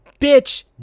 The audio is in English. bitch